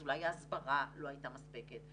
אז אולי ההסברה לא הייתה מספקת,